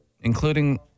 Including